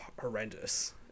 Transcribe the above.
horrendous